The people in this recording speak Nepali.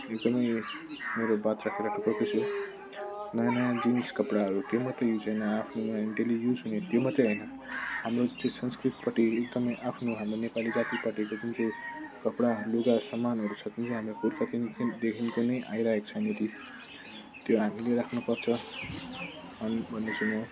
एकदमै मेरो बात राखेको छु नयाँ नयाँ जिन्स कपडाहरू त्यो मात्रै युज होइन डेली युज हुने त्यो मात्रै होइन हाम्रो त्यो संस्कृतिपट्टि एकदमै आफ्नो नेपाली जातिपट्टिको जुन चाहिँ कपडा लुगा सामानहरू छन् त्यो पहिलादेखिको नै आइरहेको छ त्यो हामीले राख्नुपर्छ अनि भन्दैछु म